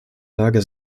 lage